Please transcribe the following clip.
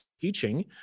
teaching